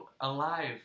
alive